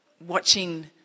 watching